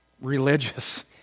religious